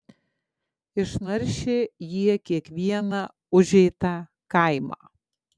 išnaršė jie kiekvieną užeitą kaimą